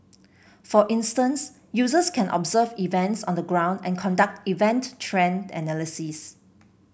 for instance users can observe events on the ground and conduct event trend analysis